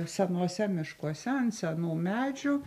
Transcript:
senuose miškuose ant senų medžių